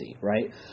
right